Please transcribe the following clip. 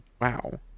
Wow